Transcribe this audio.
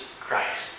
Christ